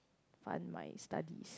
fund my studies